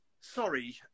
sorry